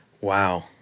Wow